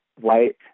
white